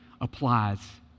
applies